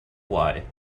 why